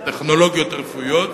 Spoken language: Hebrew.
טכנולוגיות רפואיות,